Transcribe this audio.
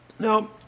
Now